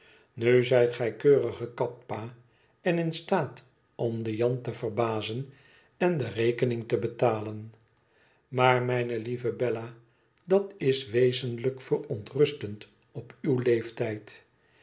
na zijt gij keurig gekapt pa en in staat om den jan te verbazen en de rekening te betalen maar mijne lieve bella dat is wezenlijk verontrustend op uw leeftijd